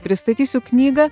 pristatysiu knygą